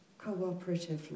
cooperatively